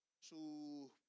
su